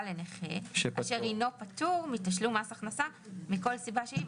לנכה אשר הינו פטור מתשלום מס הכנסה מכל סיבה שהיא",